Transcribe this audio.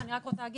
אני רק רוצה לומר